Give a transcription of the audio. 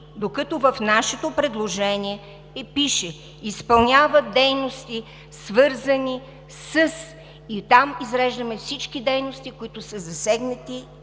Докато в нашето предложение пише: „Изпълняват дейности, свързани с…“ и там изреждаме всички дейности, които са засегнати,